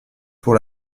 pour